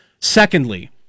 Secondly